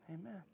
Amen